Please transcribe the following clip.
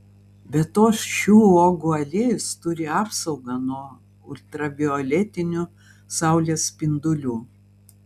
be to šių uogų aliejus turi apsaugą nuo ultravioletinių saulės spindulių